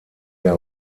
der